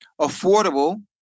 affordable